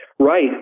Right